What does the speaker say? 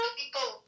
people